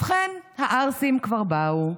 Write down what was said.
ובכן, הערסים כבר באו,